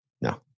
No